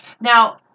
Now